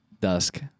Dusk